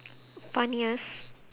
funniest